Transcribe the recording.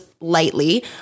lightly